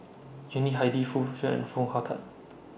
Yuni Hadi Foo Han and Foo Hong Tatt